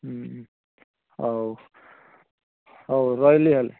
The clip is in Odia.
ହୁଁ ହେଉ ହେଉ ରହିଲି ହେଲେ